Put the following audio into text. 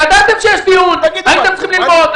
ידעתם שיש דיון, הייתם צריכים ללמוד.